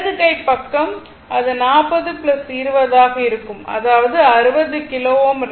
இடது கை பக்கம் அது 40 20 ஆக இருக்கும் அதாவது 60 கிலோ Ω